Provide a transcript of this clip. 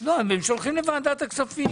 לא, הם שולחים לוועדת הכספים.